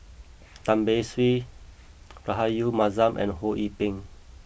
Tan Beng Swee Rahayu Mahzam and Ho Yee Ping